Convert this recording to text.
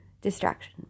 distraction